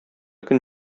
көн